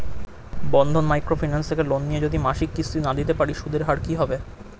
বন্ধন micro finance থেকে loan নিয়ে যদি মাসিক কিস্তি না দিতে পারি সুদের হার কি হবে?